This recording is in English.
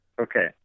Okay